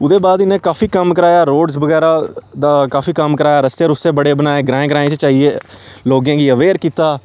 ओह्दे बाद इ'नें काफी कम्म कराया रोड्स बगैरा दा काफी कम्म कराया रस्ते रुस्ते बड़े बनाए ग्राएं ग्राएं च जाइयै लोकें गी अवेयर कीता